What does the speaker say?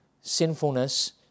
sinfulness